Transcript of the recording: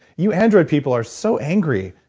you android people are so angry.